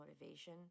Motivation